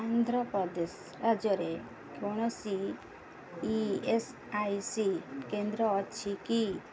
ଆନ୍ଧ୍ରପ୍ରଦେଶ ରାଜ୍ୟରେ କୌଣସି E S I C କେନ୍ଦ୍ର ଅଛି କି